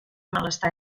malestar